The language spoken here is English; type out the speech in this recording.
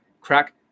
crack